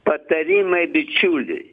patarimai bičiuliui